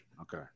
okay